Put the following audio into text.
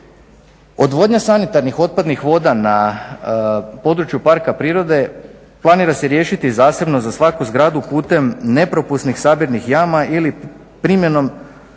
Odvodnja sanitarnih otpadnih voda na području parka prirode planira se riješiti zasebno za svaku zgradu putem nepropusnih sabirnih jama ili primjenom